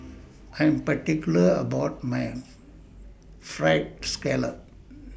I Am particular about My Fried Scallop